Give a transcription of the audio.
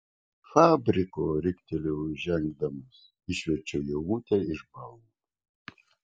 fabriko riktelėjau įžengdamas išverčiau ievutę iš balno